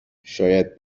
شاید